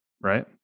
Right